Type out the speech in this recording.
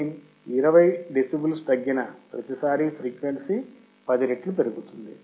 gain 20 decibels తగ్గిన ప్రతిసారీ frequency 10 రెట్లు పెరుగుతుంది